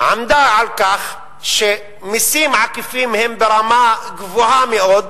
היא עמדה על כך שמסים עקיפים הם ברמה גבוהה מאוד,